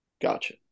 Gotcha